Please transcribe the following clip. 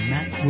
Matt